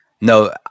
No